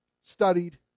studied